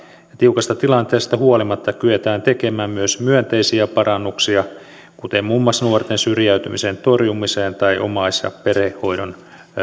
tiukasta tilanteesta huolimatta kyetään tekemään myös myönteisiä parannuksia kuten muun muassa nuorten syrjäytymisen torjumiseen tai omais ja perhehoidon